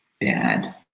bad